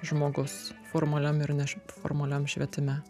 žmogus formaliam ir ne š formaliam švietime